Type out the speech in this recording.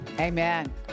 Amen